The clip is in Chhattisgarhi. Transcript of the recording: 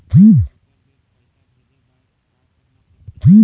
दुसर देश पैसा भेजे बार का करना पड़ते?